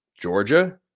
Georgia